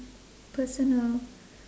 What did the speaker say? personal